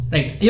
Right